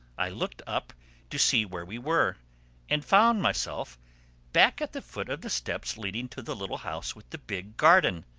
i looked up to see where we were and found myself back at the foot of the steps leading to the little house with the big garden!